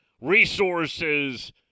resources